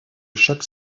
chaque